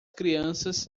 crianças